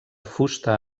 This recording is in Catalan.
fusta